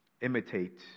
Imitate